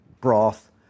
broth